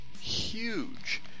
huge